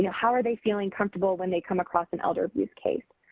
you know how are they feeling comfortable when they come across an elder abuse case?